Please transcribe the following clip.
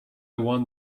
one